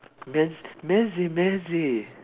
mez~ meze meze